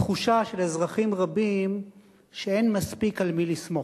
התחושה של אזרחים רבים שאין מספיק על מי לסמוך.